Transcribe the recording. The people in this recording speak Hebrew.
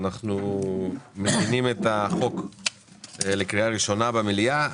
אנחנו מכינים את הצעת החוק לקריאה הראשונה במליאה.